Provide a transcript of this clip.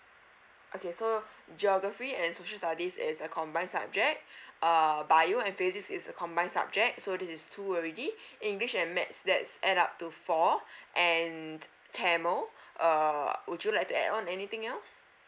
okay so geography and social studies is a combined subject uh bio and physics is a combined subject so this is two already english and maths that's add up to four and tamil err would you like to add on anything else